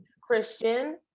Christian